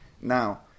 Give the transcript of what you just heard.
Now